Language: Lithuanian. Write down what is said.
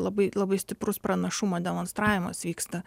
labai labai stiprus pranašumo demonstravimas vyksta